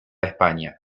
españa